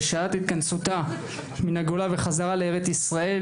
בשעת התכנסותה מן הגולה וחזרה לארץ ישראל,